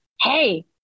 Hey